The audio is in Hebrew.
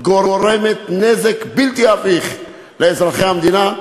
גורמת נזק בלתי הפיך לאזרחי המדינה,